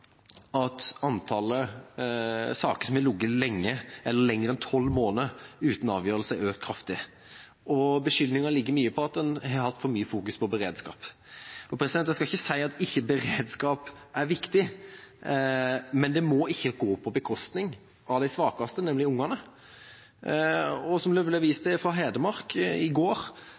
at antallet saker som har ligget lenge, eller lenger enn 12 måneder uten avgjørelse, har økt kraftig. Forklaringene går mye ut på at man har fokusert for mye på beredskap. Jeg skal ikke si at ikke beredskap er viktig, men det må ikke gå på bekostning av de svakeste, nemlig ungene. Som det ble vist til i går, kommer det fram i